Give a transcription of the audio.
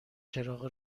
چراغ